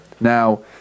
Now